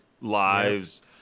lives